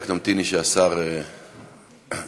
רק תמתיני שהשר יעלה.